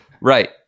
right